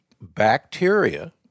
bacteria